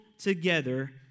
together